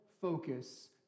focus